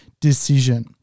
decision